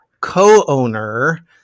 Co-owner